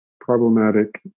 problematic